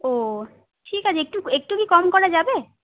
ও ঠিক আছে একটু একটু কি কম করা যাবে